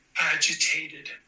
agitated